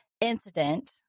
incident